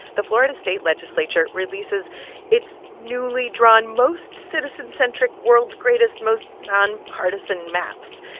the florida state legislature releases its newly drawn, most citizen-centric, world's greatest, most nonpartisan maps,